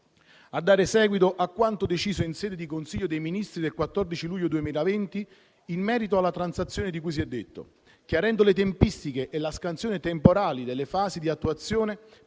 a dare seguito a quanto deciso in sede di Consiglio dei ministri del 14 luglio 2020 in merito alla transazione di cui si è detto, chiarendo le tempistiche e la scansione temporale delle fasi di attuazione